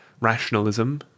Rationalism